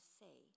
say